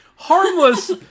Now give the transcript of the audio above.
Harmless